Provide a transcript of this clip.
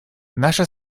наша